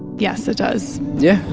yes, it does. yeah.